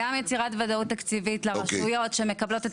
גם יצירת ודאות תקציבית לרשויות שמקבלות את